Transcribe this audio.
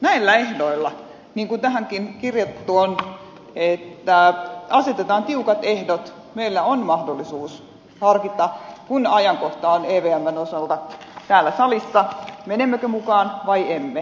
näillä ehdoilla niin kuin tähänkin kirjattu on että asetetaan tiukat ehdot meillä on mahdollisuus harkita kun ajankohta on evmn osalta täällä salissa menemmekö mukaan vai emme